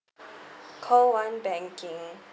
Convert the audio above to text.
call one banking